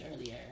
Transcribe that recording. earlier